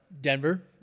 Denver